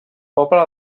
poble